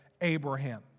Abraham